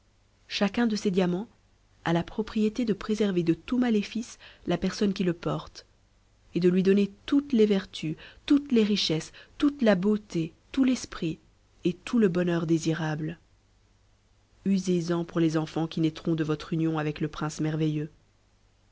chacun de ces diamants a la propriété de préserver de tout maléfice la personne qui le porte et de lui donner toutes les vertus toutes les richesses toute la beauté tout l'esprit et tout le bonheur désirables usez-en pour les enfants qui naîtront de votre union avec le prince merveilleux